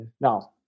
Now